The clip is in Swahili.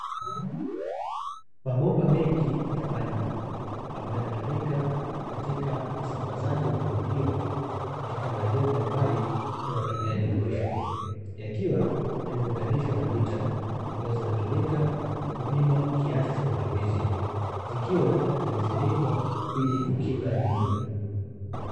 Mabomba mengi ya maji ambayo yanatumika katika usambazaji wa huduma hiyo katika maeneo mbalimbali ya watumiaji na mwisho. Yakiwa yameunganishwa na mita ambazo zinatumika kupima kiasi cha matumizi, zikiwa zimefunikwa ili kukinga na jua.